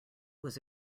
was